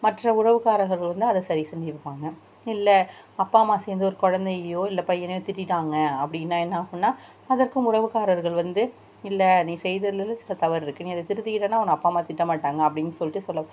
மற்ற உறவுக்காரர்கள் வந்து அதை சரி செஞ்சுருப்பாங்க இல்லை அப்பா அம்மா சேர்ந்து ஒரு குழந்தையையோ இல்லை பையனையோ திட்டிவிட்டாங்க அப்படின்னா என்னாகுன்னால் அதற்கும் உறவுக்காரர்கள் வந்து இல்லை நீ செய்ததுலேயும் சில தவறு இருக்குது நீ அதை திருத்திக்கிட்டன்னால் உன்னை அப்பா அம்மா திட்டமாட்டாங்க அப்படின்னு சொல்லிட்டு சொல்ல